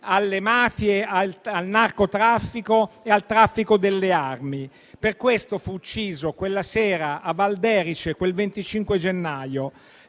alle mafie, al narcotraffico e al traffico delle armi. Per questo fu ucciso quella sera a Valderice, quel 25 gennaio.